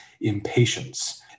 impatience